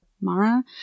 Mara